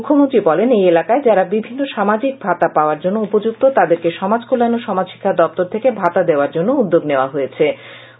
মুখ্যমন্ত্রী বলেন এই এলাকায় যারা বিভিন্ন সামাজিক ভাতা পাওয়ার জন্য উপযুক্ত তাদেরকে সমাজ কল্যাণ ও সমাজশিক্ষা দপ্তর থেকে ভাতা দেওয়ার জন্য উদ্যোগ নেওয়া হয়েছে